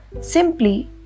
simply